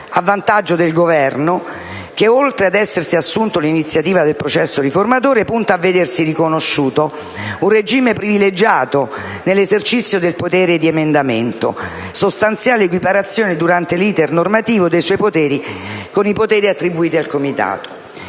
a vantaggio del Governo che, oltre ad essersi assunto l'iniziativa del processo riformatore, punta a vedersi riconosciuto un regime privilegiato nell'esercizio del potere di emendamento, sostanziale equiparazione, durante l'*iter* normativo, dei suoi poteri con i poteri attribuiti al Comitato;